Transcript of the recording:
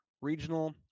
Regional